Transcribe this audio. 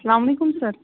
اسلام علیکُم سَر